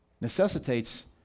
necessitates